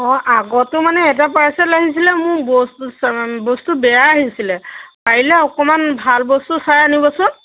অঁ আগতো মানে এটা পাৰ্চেল আহিছিলে মোৰ বস্তু বস্তু বেয়া আহিছিলে পাৰিলে অকমান ভাল বস্তু চাই আনিবচোন